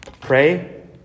Pray